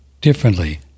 differently